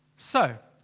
so!